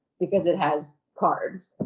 because it has carbs.